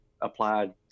applied